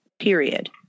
period